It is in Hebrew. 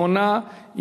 התשע"ב 2012,